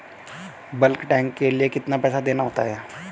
Bulk tank के लिए कितना पैसा देना होता है?